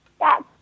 Yes